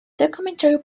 documentary